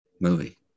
movie